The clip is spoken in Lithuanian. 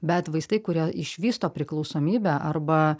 bet vaistai kurie išvysto priklausomybę arba